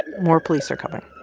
more police are coming